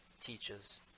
teaches